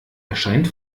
erscheint